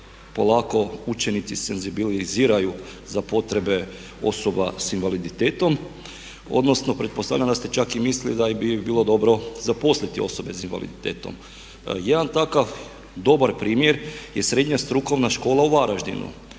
polako učenici senzibiliziraju za potrebe osoba s invaliditetom odnosno pretpostavljam da ste čak i mislili da bi i bilo dobro zaposliti osobe s invaliditetom. Jedan takav dobar primjer je srednja strukovna škola u Varaždinu